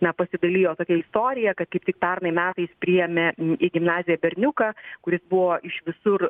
na pasidalijo tokia istorija kad kaip tik pernai metais priėmė į gimnaziją berniuką kuris buvo iš visur